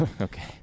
Okay